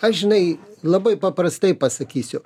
aš žinai labai paprastai pasakysiu